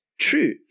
true